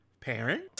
Parent